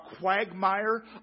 quagmire